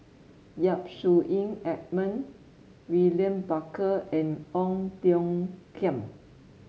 Yap Su Yin Edmund William Barker and Ong Tiong Khiam